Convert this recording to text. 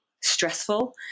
stressful